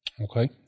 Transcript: Okay